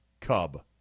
cub